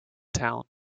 town